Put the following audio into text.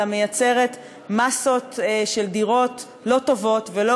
אלא מייצרת מאסות של דירות לא טובות ולא